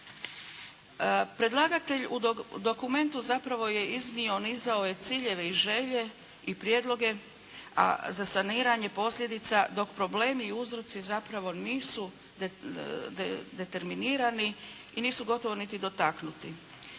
Predlagatelj u dokumentu zapravo je iznio, nizao je ciljeve i želje i prijedloge, a za saniranje posljedica, dok problemi i uzroci zapravo nisu determinirani i nisu gotovo niti dotaknuti.